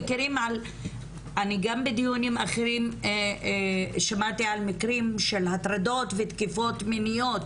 אני גם בדיונים אחרים שמעתי על מקרים של הטרדות ותקיפות מיניות